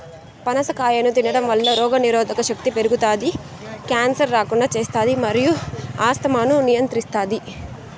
పనస కాయను తినడంవల్ల రోగనిరోధక శక్తి పెరుగుతాది, క్యాన్సర్ రాకుండా చేస్తాది మరియు ఆస్తమాను నియంత్రిస్తాది